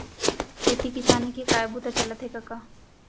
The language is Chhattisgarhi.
खेती किसानी के काय बूता चलत हे कका?